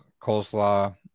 coleslaw